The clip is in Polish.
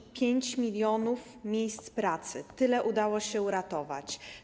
I 5 mln miejsc pracy - tyle udało się uratować.